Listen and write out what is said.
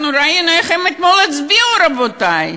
אנחנו ראינו איך הם אתמול הצביעו, רבותי.